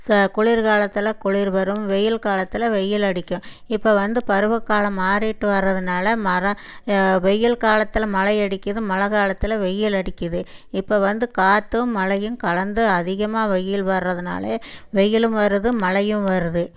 குளிர்காலத்தில் குளிர் வரும் வெயில் காலத்தில் வெயில் அடிக்கும் இப்போ வந்து பருவ காலம் மாறிகிட்டு வர்றதினால மரம் வெயில் காலத்தில் மழை அடிக்குது மழைக் காலத்தில் வெயில் அடிக்குது இப்போ வந்து காற்றும் மழையும் கலந்து அதிகமாக வெயில் வர்றதினால வெயிலும் வருது மழையும் வருது